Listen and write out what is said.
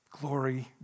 Glory